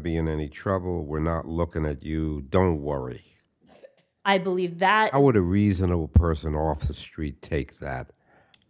be in any trouble we're not looking at you don't worry i believe that i would a reasonable person off the street take that